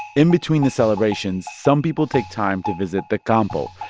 in between the celebrations, some people take time to visit the campo,